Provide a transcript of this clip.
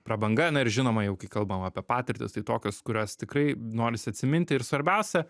prabanga na ir žinoma jau kai kalbam apie patirtis tai tokios kurios tikrai norisi atsiminti ir svarbiausia